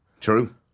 True